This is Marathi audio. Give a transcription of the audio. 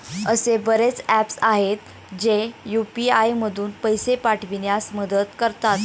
असे बरेच ऍप्स आहेत, जे यू.पी.आय मधून पैसे पाठविण्यास मदत करतात